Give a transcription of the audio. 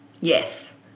Yes